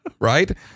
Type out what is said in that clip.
right